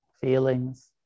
feelings